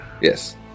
Yes